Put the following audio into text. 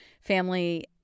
family